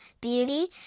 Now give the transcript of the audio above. beauty